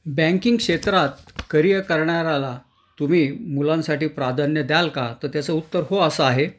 banking क्षेत्रात career करणाराला तुम्ही मुलांसाठी प्राधान्य द्याल का तर त्याचं उत्तर हो असं आहे